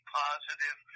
positive